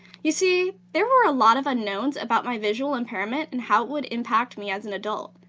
you see, there were a lot of unknowns about my visual impairment and how it would impact me as an adult.